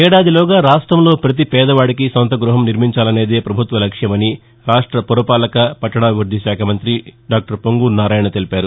ఏడాదిలోగా రాష్ట్రంలో పతి పేదవాడికి సొంత గృహం నిర్మించాలనేదే పభుత్వ లక్ష్యమని రాష్ట పురపాలక పట్టణాభివృద్ది శాఖ మంతి డాక్టర్ పొంగూరు నారాయణ తెలిపారు